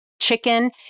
chicken